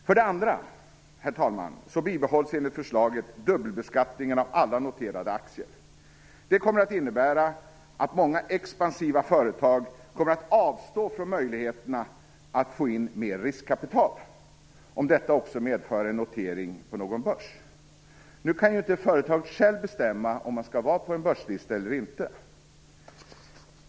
För det andra, herr talman, så bibehålls enligt förslaget dubbelbeskattningen av alla noterade aktier. Det kommer att innebära att många expansiva företag kommer att avstå från möjligheterna att få in mer riskkapital om detta också medför en notering på någon börs. Nu kan inte företaget självt bestämma om det skall finnas på en börslista eller inte.